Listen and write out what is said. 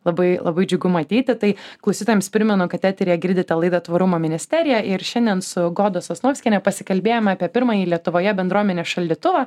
labai labai džiugu matyti tai klausytojams primenu kad eteryje girdite laidą tvarumo ministerija ir šiandien su goda sosnovskiene pasikalbėjome apie pirmąjį lietuvoje bendruomenės šaldytuvą